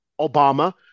Obama